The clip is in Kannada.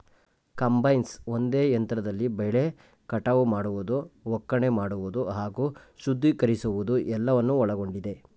ಕಂಬೈನ್ಸ್ ಒಂದೇ ಯಂತ್ರದಲ್ಲಿ ಬೆಳೆ ಕಟಾವು ಮಾಡುವುದು ಒಕ್ಕಣೆ ಮಾಡುವುದು ಹಾಗೂ ಶುದ್ಧೀಕರಿಸುವುದು ಎಲ್ಲವನ್ನು ಒಳಗೊಂಡಿದೆ